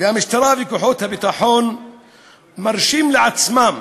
והמשטרה וכוחות הביטחון מרשים לעצמם